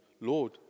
Lord